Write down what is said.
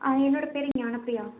ஆ என்னோட பேர் ஞானப்பிரியா